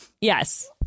yes